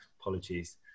Apologies